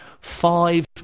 five